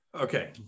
okay